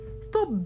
Stop